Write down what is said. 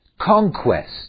conquest